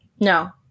No